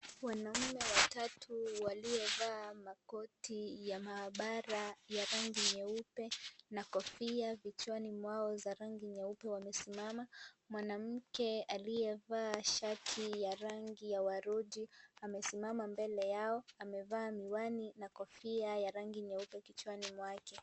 Wanaume watatu waliovaa makoti ya maabara ya rangi nyeupe na kofia vichwani mwao za rangi nyeupe, wamesimama mwanamke aliyevaa shati ya rangi ya waruji amesimama mbele yao amevaaa miwani na kofia ya rangi nyeupe kichwani mwake.